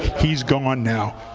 he's gone now.